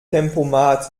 tempomat